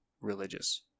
religious